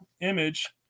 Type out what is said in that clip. image